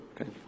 Okay